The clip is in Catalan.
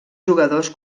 jugadors